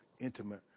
intimate